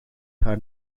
haar